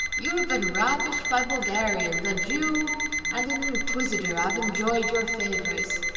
you have been ravished by bulgarians a jew and an inquisitor have enjoyed your favours.